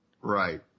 Right